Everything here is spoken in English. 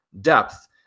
depth